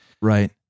Right